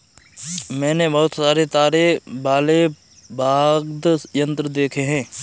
मैंने बहुत सारे तार वाले वाद्य यंत्र देखे हैं